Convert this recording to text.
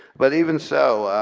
but even so,